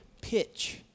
Pitch